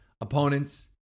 opponents